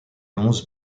onze